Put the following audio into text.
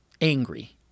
angry